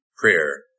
prayer